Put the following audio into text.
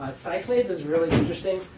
cyclades is really interesting.